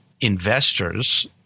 investors